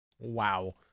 Wow